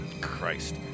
Christ